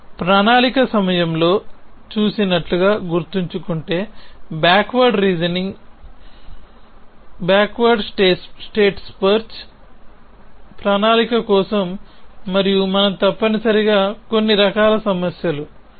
మీరు ప్రణాళిక సమయంలో చూసినట్లుగా గుర్తుంచుకుంటే బ్యాక్వర్డ్ రీజనింగ్ వెనుకబడిన స్టేట్ స్పేస్ సర్చ్ ప్రణాళిక కోసం మరియు తప్పనిసరిగా కొన్ని రకాల సమస్యలు